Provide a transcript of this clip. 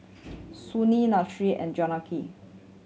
Sunil Nadesan and Jahangir